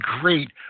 great